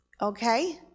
Okay